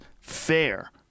fair